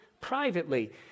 privately